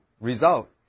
Result